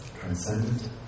transcendent